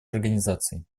организаций